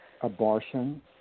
abortion